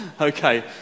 Okay